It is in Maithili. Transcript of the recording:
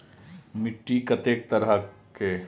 मिट्टी कतेक तरह के?